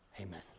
Amen